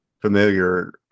familiar